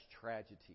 tragedy